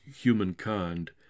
humankind